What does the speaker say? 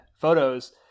photos